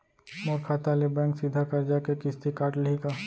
मोर खाता ले बैंक सीधा करजा के किस्ती काट लिही का?